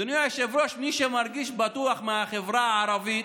אדוני היושב-ראש, מי שמרגיש בטוח בחברה הערבית